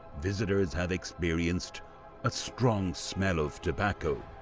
visitors have experienced a strong smell of tobacco.